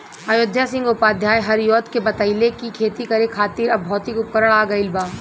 अयोध्या सिंह उपाध्याय हरिऔध के बतइले कि खेती करे खातिर अब भौतिक उपकरण आ गइल बा